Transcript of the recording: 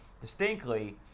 distinctly